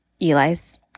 Eli's